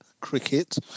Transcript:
cricket